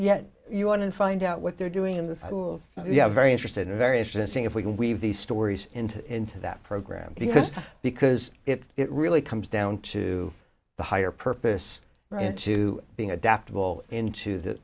yet you want to find out what they're doing in the schools you have very interested in very interesting if we can weave these stories into into that program because because it really comes down to the higher purpose right into being adaptable into that